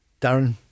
Darren